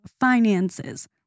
finances